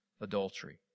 adultery